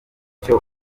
ico